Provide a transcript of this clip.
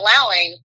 allowing